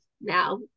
now